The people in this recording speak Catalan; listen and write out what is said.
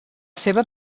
seva